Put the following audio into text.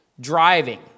driving